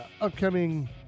upcoming